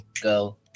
go